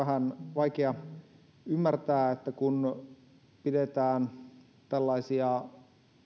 vaikea ymmärtää että kun pidetään tällaisia